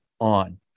on